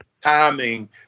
timing